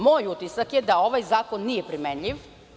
Moj utisak je da ovaj zakon nije primenjiv.